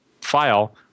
file